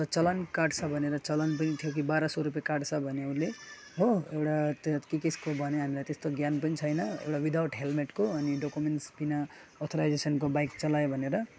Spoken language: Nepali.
त चलान काट्छ भनेर चलान पनि थियो कि बाह्र सौ रुपियाँ काट्छ भन्यो उसले हो एउटा त्यो के केको भन्यो हामीलाई त्यस्तो ज्ञान पनि छैन एउटा विदाउट हेल्मेटको अनि डकुमेन्ट्स बिना अथोराइजेसनको बाइक चलायो भनेर